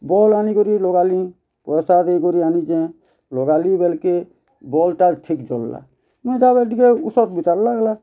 bulb ଆନିକରି ଲଗାଲିଁ ପଏସା ଦେଇକରି ଆନିଛେଁ ଲଗାଲି ବେଲ୍କେ ବଲ୍ଟା ଠିକ୍ ଜଲ୍ଲା ମୁଇଁ ତାହାପରେ ଟିକେ ଉସତ୍ ମିତାର୍ ଲାଗ୍ଲା